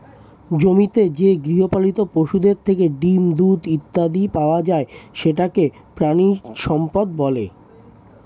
জমিতে যে গৃহপালিত পশুদের থেকে ডিম, দুধ ইত্যাদি পাওয়া যায় সেটাকে প্রাণিসম্পদ বলে